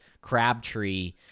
Crabtree